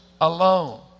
alone